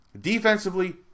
defensively